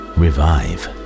revive